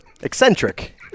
eccentric